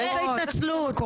איזו התנצלות?